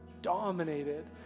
dominated